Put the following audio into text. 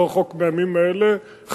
לא רחוק מהימים האלה,